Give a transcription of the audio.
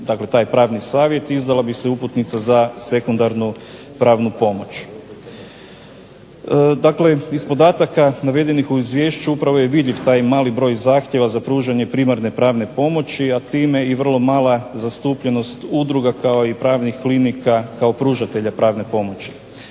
taj pravni savjet izdala bi se uputnica za sekundarnu pravu pomoć. Dakle, iz podataka navedenih u izvješću upravo je vidljiv taj mali broj zahtjeva za pružanje primarne pravne pomoći, a time i vrlo mala zastupljenost udruga kao i pravnih klinika kao pružatelja pravne pomoći.